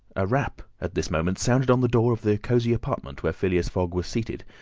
a rap at this moment sounded on the door of the cosy apartment where phileas fogg was seated,